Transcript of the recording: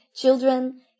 children